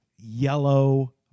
yellow